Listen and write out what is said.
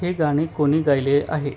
हे गाणे कोणी गायले आहे